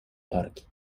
parki